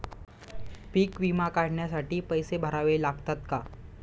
पीक विमा काढण्यासाठी पैसे भरावे लागतात का?